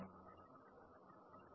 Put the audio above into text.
B0